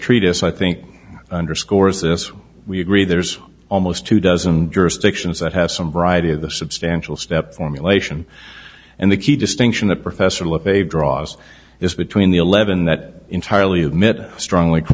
treatise i think underscores this we agree there's almost two dozen jurisdictions that have some variety of the substantial step formulation and the key distinction that professor levey draws is between the eleven that entirely admit strong